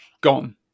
gone